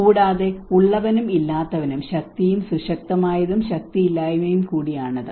കൂടാതെ ഉള്ളവനും ഇല്ലാത്തവനും ശക്തിയും സുശക്തമായതും ശക്തിയില്ലായ്മയും കൂടിയാണിത്